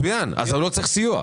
אז הוא לא צריך סיוע.